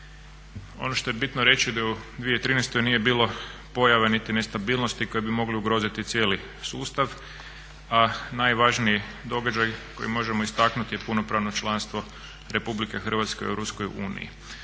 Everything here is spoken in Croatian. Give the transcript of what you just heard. Ono što je bitno reći da u 2013.nije bilo pojave niti nestabilnosti koje bi mogle ugroziti cijeli sustav a najvažniji događaj koji možemo istaknuti je punopravno članstvo RH u EU. Zašto je to na